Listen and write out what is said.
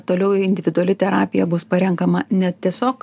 toliau individuali terapija bus parenkama ne tiesiog